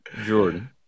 Jordan